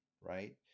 right